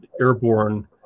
airborne